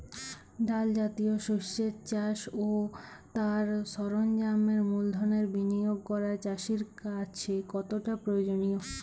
ডাল জাতীয় শস্যের চাষ ও তার সরঞ্জামের মূলধনের বিনিয়োগ করা চাষীর কাছে কতটা প্রয়োজনীয়?